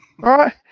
Right